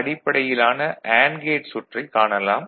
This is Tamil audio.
அடிப்படையிலான அண்டு கேட் சுற்றைக் காணலாம்